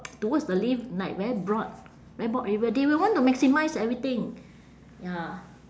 towards the lift like very broad very broad area they will want to maximise everything ya